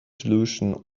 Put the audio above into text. solution